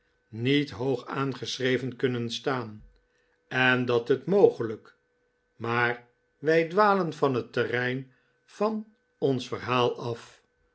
niet hoog aangeschreven kunnen staan en dat het mogelijk maar wij dwalen van het terrein van ons verhaal af